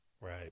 Right